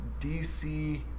DC